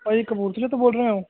ਭਾਜੀ ਕਪੂਰਥਲੇ ਤੋਂ ਬੋਲ ਰਹੇ ਹੋ